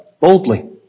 boldly